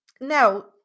now